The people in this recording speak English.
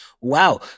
wow